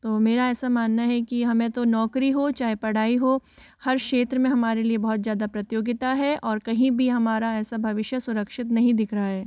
तो मेरा ऐसा मानना है कि हमें तो नौकरी हो चाहे पढ़ाई हो हर क्षेत्र में हमारे लिए बहुत ज़्यादा प्रतियोगिता है और कहीं भी हमारा ऐसा भविष्य सुरक्षित नहीं दिख रहा है